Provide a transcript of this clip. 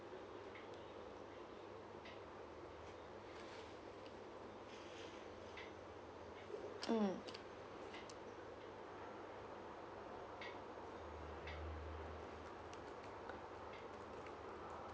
mm